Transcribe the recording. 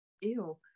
ew